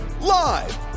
live